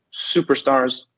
superstars